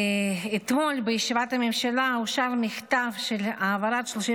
אתמול בישיבת הממשלה אושר מכתב של העברת 36